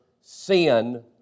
sin